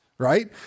right